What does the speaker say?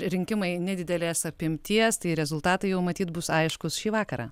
rinkimai nedidelės apimties tai rezultatai jau matyt bus aiškūs šį vakarą